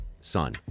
son